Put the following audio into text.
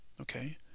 Okay